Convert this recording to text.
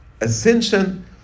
Ascension